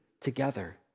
together